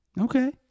Okay